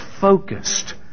focused